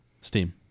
steam